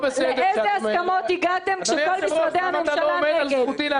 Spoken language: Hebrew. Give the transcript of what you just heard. למה אתה לא עומד על זכותי להשלים את דבריי?